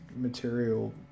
material